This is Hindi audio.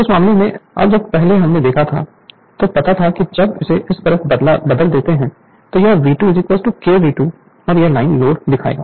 तो उस मामले में अब जब हमने पहले देखा है तो हमें पता है कि जब हम इसे उस तरफ बदल देते हैं तो यह V2 K V2 और यह लाइन लोड दिखाएगा